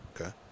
okay